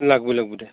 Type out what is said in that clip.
লাগিবই লাগিবই দে